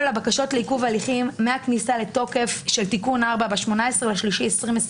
הבקשות לעיכוב הליכים מהכניסה לתוקף של תיקון 4 ב-18 במרץ 2021